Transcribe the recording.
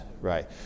right